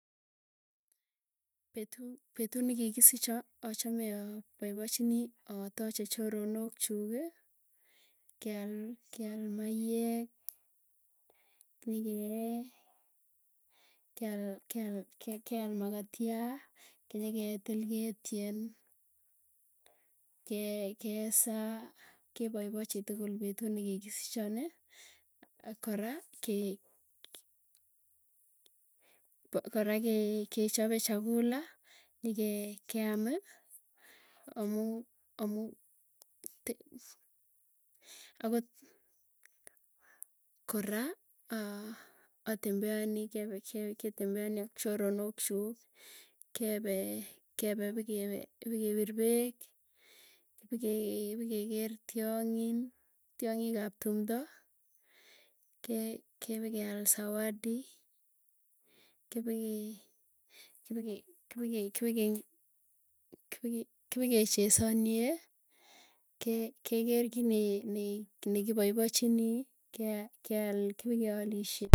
Petut, petut nekikisicho acha aa paipochinii aa atache choronok, chuki. Keal maiyek nyikee, keal keal keal makatyaa, kenyeketil ketien ke kesaa kepaipochi tukul petut nekikisichonii. Kora kee koara kechape chakula, nyikee keami amuu amuu kora aah atembeani kepe ketembeani ak choronok chuu, kepee kepe pikee pikepir peek kipike, kipikee ker tiong'in tiong'ik ap tumdo, kee kepekeal zawadi. Kepekee, kepekechesanye ke keker kiit ne kipaipachiniikea keal kepikealishe.